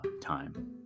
time